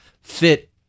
fit